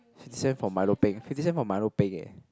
same for milo peng fifty cent for milo peng eh